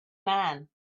man